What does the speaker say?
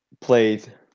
played